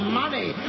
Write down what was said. money